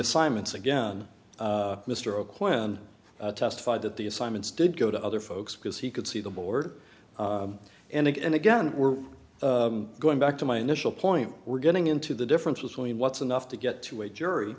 assignments again mr o'quinn testified that the assignments did go to other folks because he could see the board and again we're going back to my initial point we're getting into the difference between what's enough to get to a jury